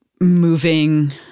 moving